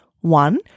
One